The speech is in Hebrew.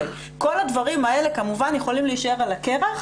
כל הדברים האלה כמובן יכולים להישאר על הקרח